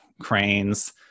cranes